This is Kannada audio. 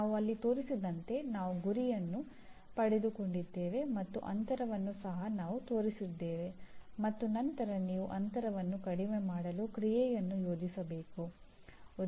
ನಾವು ಅಲ್ಲಿ ತೋರಿಸಿದಂತೆ ನಾವು ಗುರಿಯನ್ನು ಪಡೆದುಕೊಂಡಿದ್ದೇವೆ ಮತ್ತು ಅಂತರವನ್ನು ಸಹ ನಾವು ತೋರಿಸಿದ್ದೇವೆ ಮತ್ತು ನಂತರ ನೀವು ಅಂತರವನ್ನು ಕಡಿಮೆ ಮಾಡಲು ಕ್ರಿಯೆಯನ್ನು ಯೋಜಿಸಬೇಕು